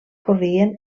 corrien